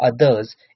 others